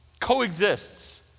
coexists